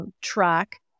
track